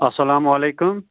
اَسلام علیکُم